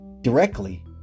directly